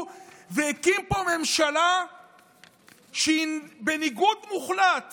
והקים פה ממשלה שהיא בניגוד מוחלט